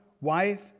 wife